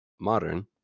Modern